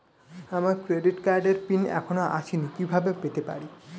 আমার ক্রেডিট কার্ডের পিন এখনো আসেনি কিভাবে পেতে পারি?